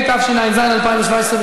התשע"ז 2017,